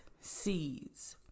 seeds